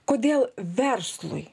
kodėl verslui